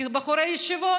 בחורי ישיבות.